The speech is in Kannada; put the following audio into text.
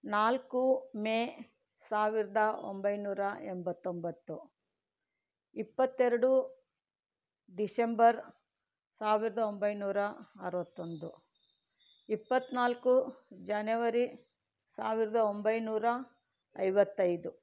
ನಾಲ್ಕು ಮೇ ಸಾವಿರದ ಒಂಬೈನೂರ ಎಂಬತ್ತೊಂಬತ್ತು ಇಪ್ಪತ್ತೆರಡು ಡಿಸೆಂಬರ್ ಸಾವಿರದ ಒಂಬೈನೂರ ಅರುವತ್ತೊಂದು ಇಪ್ಪತ್ತ್ನಾಲ್ಕು ಜನವರಿ ಸಾವಿರದ ಒಂಬೈನೂರ ಐವತ್ತೈದು